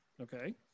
Okay